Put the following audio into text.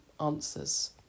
answers